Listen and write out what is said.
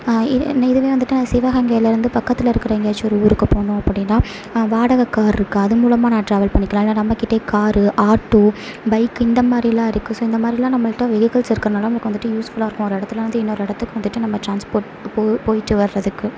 இது என்ன இதுவே வந்துவிட்டு நான் சிவகங்கையில இருந்து பக்கத்தில் இருக்கிற எங்கேயாச்சி ஒரு ஊருக்கு போகணும் அப்படின்னா வாடகை கார்ருக்கு அது மூலமாக நான் டிராவல் பண்ணிக்கலாம் இல்லை நம்மக்கிட்டே காரு ஆட்டோ பைக்கு இந்த மாதிரிலாம் இருக்கு ஸோ இந்த மாதிரிலாம் நம்மள்கிட்ட வெஹிகல்ஸ் இருக்கனால நமக்கு வந்துவிட்டு யூஸ்ஃபுல்லாக இருக்கும் ஒரு இடத்துல வந்து இன்னொரு இடத்துக்கு வந்துவிட்டு நம்ம டிரான்ஸ்போர்ட்க்கு போ போயிவிட்டு வரதுக்கு